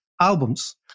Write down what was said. albums